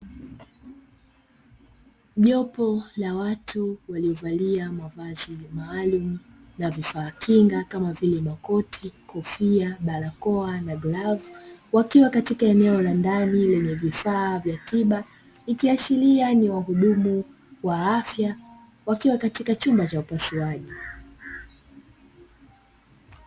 Jopo la watu waliovalia mavazi maalumu na vifaa kinga kama vile: makoti, kofia, barakoa na glovu; wakiwa katika eneo la ndani lenye vifaa vya tiba, ikiashiria ni wahudumu wa afya wakiwa katika chumba cha upasuaji.